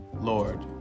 Lord